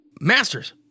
Masters